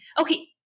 Okay